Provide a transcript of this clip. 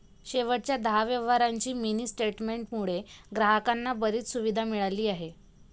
शेवटच्या दहा व्यवहारांच्या मिनी स्टेटमेंट मुळे ग्राहकांना बरीच सुविधा मिळाली आहे